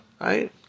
right